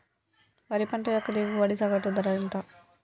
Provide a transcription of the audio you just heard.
వరి పంట యొక్క దిగుబడి సగటు ధర ఎంత?